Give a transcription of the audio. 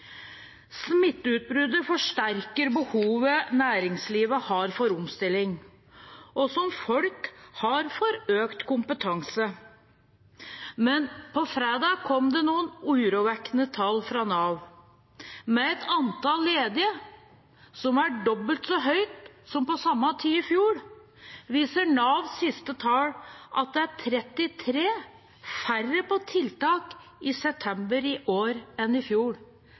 forsterker behovet som næringslivet har for omstilling, og som folk har for økt kompetanse. Men på fredag kom det noen urovekkende tall fra Nav. Med et antall ledige som er dobbelt så høyt som på samme tid i fjor, viser Navs siste tall at det er 33 færre på tiltak i september i år enn i fjor,